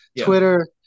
twitter